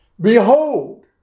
Behold